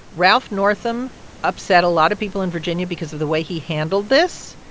ralph northam upset a lot of people in virginia because of the way he handled this.